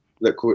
look